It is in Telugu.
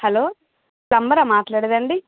హలో ప్లంబరా మాట్లేదా అండి